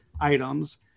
items